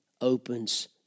opens